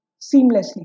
seamlessly